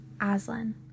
Aslan